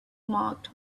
marked